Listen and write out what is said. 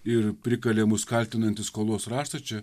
ir prikalė mus kaltinantį skolos raštą čia